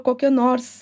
kokia nors